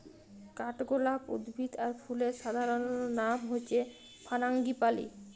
কাঠগলাপ উদ্ভিদ আর ফুলের সাধারণলনাম হচ্যে ফারাঙ্গিপালি